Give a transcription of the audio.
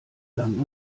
lang